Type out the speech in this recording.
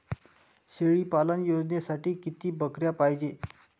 शेळी पालन योजनेसाठी किती बकऱ्या पायजे?